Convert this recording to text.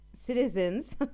citizens